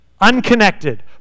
unconnected